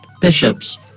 bishops